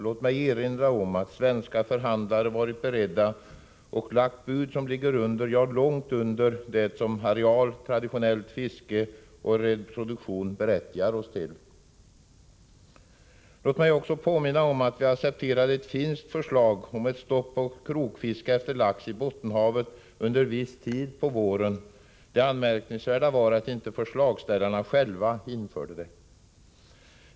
Låt mig erinra om att svenska förhandlare har varit beredda till handling och att de har lagt bud som ligger under — ja, långt under — det som areal, traditionellt fiske och reproduktion berättigar oss till. Låt mig också påminna om att vi accepterade ett finskt förslag om stopp för krokfiske efter lax i Bottenhavet under en viss tid på våren. Det anmärkningsvärda var att inte förslagsställarna själva införde ett sådant stopp.